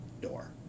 door